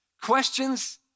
questions